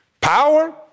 Power